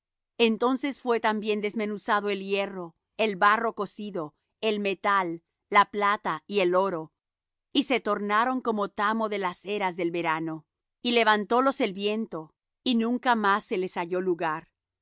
entonces fué también desmenuzado el hierro el barro cocido el metal la plata y el oro y se tornaron como tamo de las eras del verano y levantólos el viento y nunca más se les halló lugar